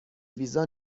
ویزا